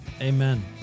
Amen